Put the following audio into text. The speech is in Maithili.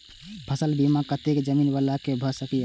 फसल बीमा कतेक जमीन वाला के भ सकेया?